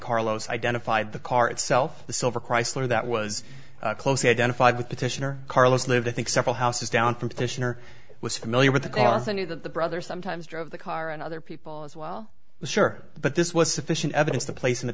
carlos identified the car itself the silver chrysler that was closely identified with petitioner carlos lived i think several houses down from petitioner was familiar with the course or knew that the brother sometimes drove the car and other people as well sure but this was sufficient evidence to place him at